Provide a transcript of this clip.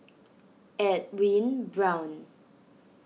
Edwin Brown